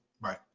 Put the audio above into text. Right